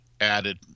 added